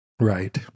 Right